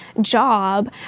job